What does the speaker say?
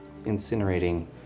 incinerating